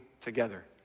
together